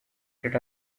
that